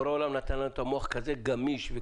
בורא עולם נתן לנו מוח כזה גמיש,